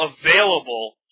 available